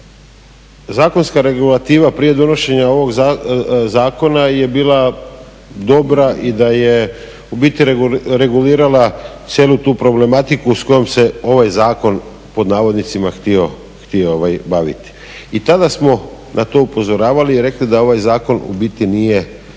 zakonska regulativa prije donošenje ovog zakona je bila dobra i da je u biti regulirala cijelu tu problematiku s kojom se ovaj zakon pod navodnicima "htio baviti". I tada smo na to upozoravali i rekli da ovaj zakon u biti nije